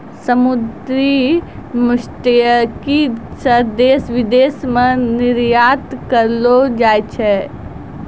समुन्द्री मत्स्यिकी से देश विदेश मे निरयात करलो जाय छै